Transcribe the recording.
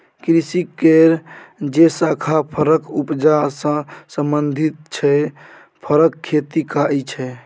कृषि केर जे शाखा फरक उपजा सँ संबंधित छै फरक खेती कहाइ छै